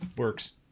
works